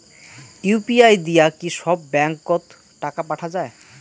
UPI দিয়া কি সব ব্যাংক ওত টাকা পাঠা যায়?